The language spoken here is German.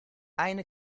eine